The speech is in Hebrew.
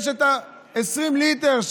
יש את ה-20 ליטר,